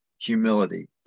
humility